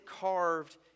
carved